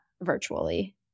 virtually